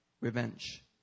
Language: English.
revenge